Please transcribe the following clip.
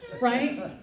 right